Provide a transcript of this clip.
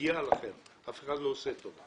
"מגיע לכם", אף אחד לא עושה טובה.